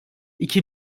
iki